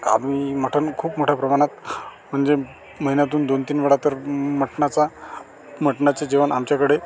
आम्ही मटण खूप मोठ्या प्रमाणात म्हणजे महिन्यातून दोन तीन वेळा तर मटणाचा मटणाचं जेवण आमच्याकडे